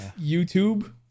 YouTube